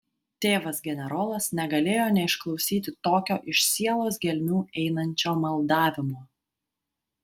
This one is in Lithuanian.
tėvas generolas negalėjo neišklausyti tokio iš sielos gelmių einančio maldavimo